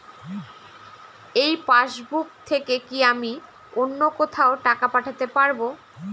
এই পাসবুক থেকে কি আমি অন্য কোথাও টাকা পাঠাতে পারব?